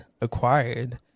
acquired